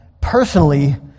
personally